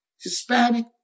Hispanic